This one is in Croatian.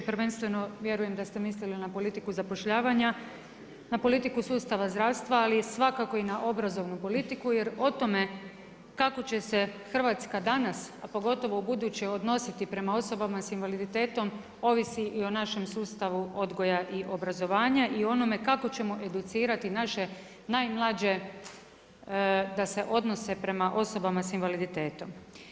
Prvenstveno vjerujem da ste mislili na politiku zapošljavanja, na politiku sustava zdravstva, ali svakako i na obrazovanu politiku, jer o tome, kako će se Hrvatska danas a pogotovo u buduće odnositi prema osobama s invaliditetom, ovisi o našem sustavu odgoja i obrazovanja i o onome kako ćemo educirati naše najmlađe da se odnose prema osobama s invaliditetom.